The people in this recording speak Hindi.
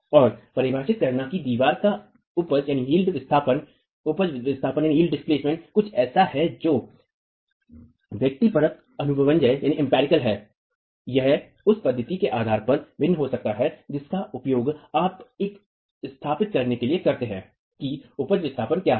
और परिभाषित करना कि दीवार का उपज विस्थापन कुछ ऐसा है जो व्यक्तिपरक अनुभवजन्य है यह उस पद्धति के आधार पर भिन्न हो सकता है जिसका उपयोग आप यह स्थापित करने के लिए करते हैं कि उपज विस्थापन क्या है